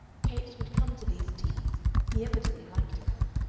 capes would come to these teas he evidently liked to come,